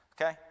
Okay